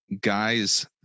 guys